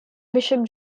bishop